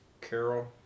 carol